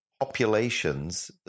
populations